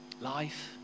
Life